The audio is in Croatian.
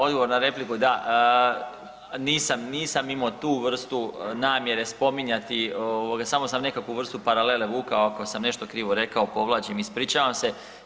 Odgovor na repliku, da nisam, nisam imao tu vrstu namjere spominjati ovoga samo sam nekakvu vrstu paralele vukao ako sam nešto krivo rekao, povlačim, ispričavam se.